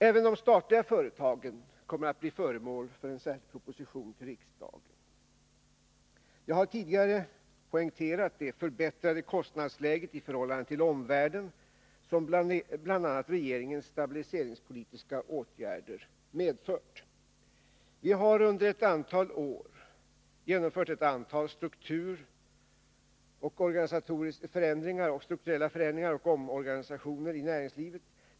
Även de statliga företagen kommer att bli föremål för en särskild proposition till riksdagen. Jag har tidigare poängterat det förbättrade kostnadsläge i förhållande till omvärlden som bl.a. regeringens stabiliseringspolitiska åtgärder medfört. Vi har under ett antal år genomfört ett antal strukturella förändringar och omorganisationer i näringslivet.